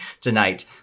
tonight